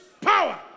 power